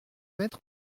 mettre